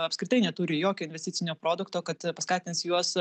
apskritai neturi jokio investicinio produkto kad paskatins juos